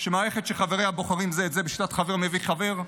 שמערכת שחבריה בוחרים זה את זה בשיטת חבר מביא חבר,